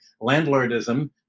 landlordism